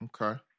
Okay